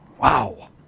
Wow